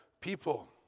People